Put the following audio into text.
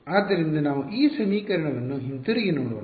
ಆದ್ದರಿಂದ ನಾವು ಈ ಸಮೀಕರಣ ವನ್ನು ಹಿಂತಿರುಗಿ ನೋಡೋಣ